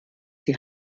die